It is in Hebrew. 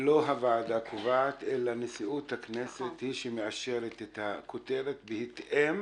לא הוועדה קובעת אותה אלא נשיאות הכנסת היא שמאשרת את הכותרת בהתאם